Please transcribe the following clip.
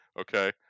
Okay